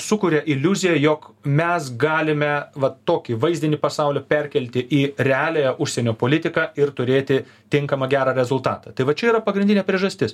sukuria iliuziją jog mes galime va tokį vaizdinį pasaulio perkelti į realiąją užsienio politiką ir turėti tinkamą gerą rezultatą tai va čia yra pagrindinė priežastis